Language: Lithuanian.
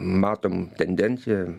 matom tendenciją